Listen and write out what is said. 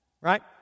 Right